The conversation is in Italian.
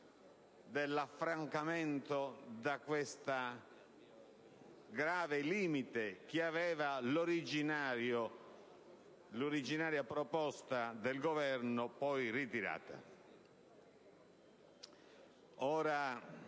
dell'affrancamento da questo grave limite che aveva l'originaria proposta del Governo, poi ritirata.